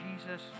Jesus